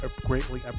greatly